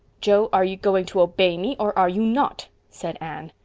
joseph, are you going to obey me or are you not? said anne.